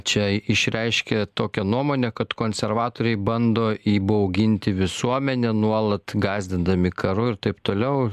čia išreiškė tokią nuomonę kad konservatoriai bando įbauginti visuomenę nuolat gąsdindami karu ir taip toliau